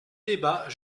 débat